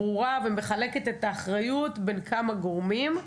היא ברורה ומחלקת את האחריות בין כמה גורמים,